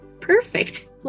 perfect